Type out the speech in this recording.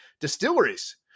distilleries